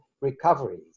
recovery